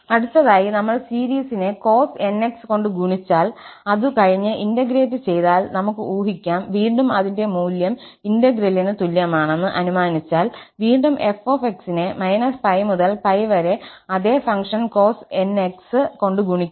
അടുത്തതായി നമ്മൾ സീരീസിനെ cos nx കൊണ്ട് ഗുണിച്ചാൽ അതുകഴിഞ്ഞ ഇന്റഗ്രേറ്റ് ചെയ്താൽ നമുക് ഊഹിക്കാം വീണ്ടും അതിന്റെ മൂല്യം ഇന്റെഗ്രേലിന് തുല്യമാണെന്ന് അനുമാനിച്ചാൽ വീണ്ടും f നെ - π മുതൽ π വരെ അതെ ഫംഗ്ഷൻ cos nx കൊണ്ട് ഗുണിക്കുക